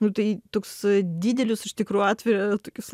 nu tai toks didelius iš tikrųjų atveria tokius